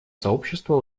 сообщество